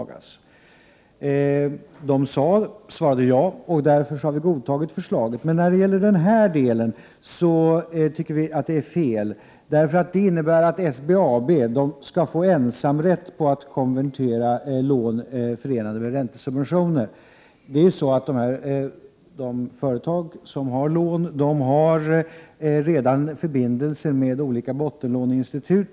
Remissinstanserna har svarat ja, och därför har vi godtagit förslaget. Men när det gäller den här delen anser vi att det är fel, eftersom det innebär att SBAB skall få ensamrätt på att konvertera lån förenade med räntesubventioner. De företag som hår lån har redan förbindelse med olika bottenlåneinstitut.